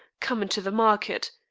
come into the market.